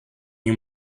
you